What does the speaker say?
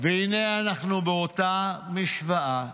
והינה אנחנו באותה משוואה,